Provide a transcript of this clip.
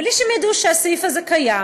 בלי שהם ידעו שהסעיף הזה קיים.